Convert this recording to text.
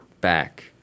back